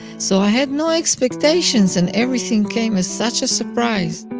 so i had no expectations and everything came as such a surprise